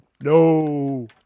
No